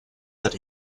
that